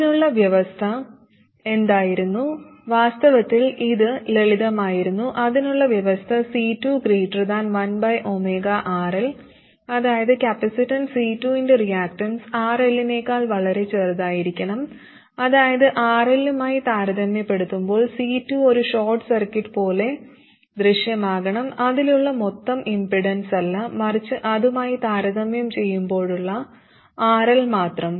അതിനുള്ള വ്യവസ്ഥ എന്തായിരുന്നു വാസ്തവത്തിൽ ഇത് ലളിതമായിരുന്നു അതിനുള്ള വ്യവസ്ഥ C21RL അതായത് കപ്പാസിറ്റൻസ് C2 ന്റെ റിയാക്ടൻസ് RL നേക്കാൾ വളരെ ചെറുതായിരിക്കണം അതായത് RL മായി താരതമ്യപ്പെടുത്തുമ്പോൾ C2 ഒരു ഷോർട്ട് സർക്യൂട്ട് പോലെ ദൃശ്യമാകണം അതിലുള്ള മൊത്തം ഇംപെഡൻസല്ല മറിച്ച് അതുമായി താരതമ്യം ചെയ്യുമ്പോഴുള്ള RL മാത്രം